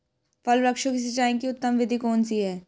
फल वृक्षों की सिंचाई की उत्तम विधि कौन सी है?